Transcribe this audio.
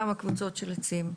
כמה קבוצות של עצים.